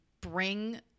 bring